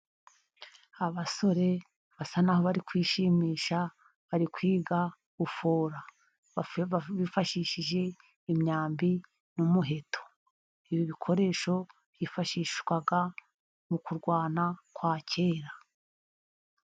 Abasore basa naho bari kwishimisha. Bari kwiga gufora bifashishije imyambi n'umuheto. Ibi bikoresho byifashishwaga mu kurwana kwa kera.